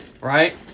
right